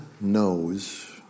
knows